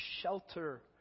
shelter